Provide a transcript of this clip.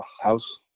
house